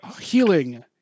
healing